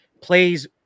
plays